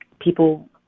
people